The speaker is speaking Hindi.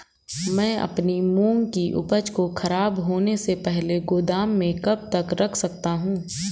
मैं अपनी मूंग की उपज को ख़राब होने से पहले गोदाम में कब तक रख सकता हूँ?